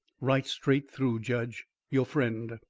right straight through, judge. your friend.